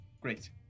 Great